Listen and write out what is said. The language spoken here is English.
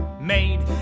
made